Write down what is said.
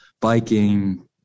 biking